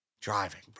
driving